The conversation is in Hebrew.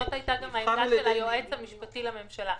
זאת גם הייתה העמדה של היועץ המשפטי לממשלה.